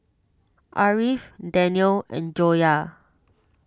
Ariff Danial and Joyah